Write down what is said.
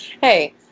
Hey